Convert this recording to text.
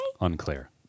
Unclear